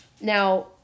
Now